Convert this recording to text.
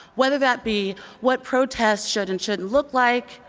whether that be what protests should and shouldn't look like.